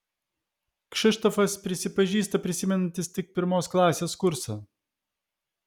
kšištofas prisipažįsta prisimenantis tik pirmos klasės kursą